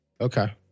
okay